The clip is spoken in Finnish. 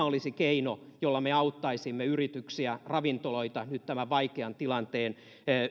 olisi keino jolla me auttaisimme yrityksiä ravintoloita nyt tämän vaikean tilanteen